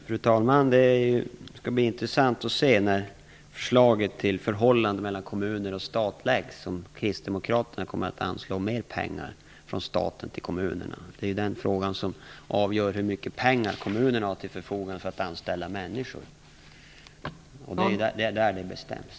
Fru talman! Det skall bli intressant att se, när förslaget till förhållandet mellan kommuner och stat läggs fram, om kristdemokraterna kommer att anslå mer pengar från staten till kommunerna. Det är den frågan som avgör hur mycket pengar kommunerna har till förfogande för att anställa människor. Det är där det bestäms.